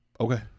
Okay